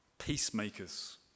Peacemakers